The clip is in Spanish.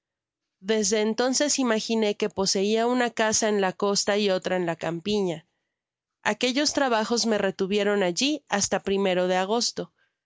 desde entonces imaginé que poseia una casa ed la costa y otra en la campiña aquellos trabajos me retuvieron alli hasta i de agosto